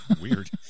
Weird